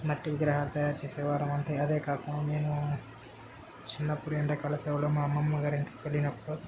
మట్టి విగ్రహాలు తయారు చేసేవారం అంతే అదే కాకుండా నేను చిన్నప్పుడు ఎండకాలం సెలవులో మా అమ్మమ్మగారి ఇంటికి వెళ్ళినప్పుడు